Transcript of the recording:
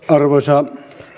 arvoisa